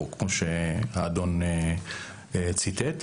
כמו שהאדון ציטט.